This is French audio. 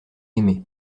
aimé